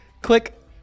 Click